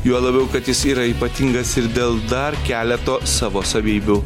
juo labiau kad jis yra ypatingas ir dėl dar keleto savo savybių